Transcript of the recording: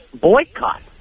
boycott